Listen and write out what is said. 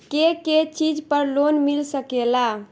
के के चीज पर लोन मिल सकेला?